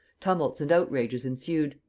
tumults and outrages ensued.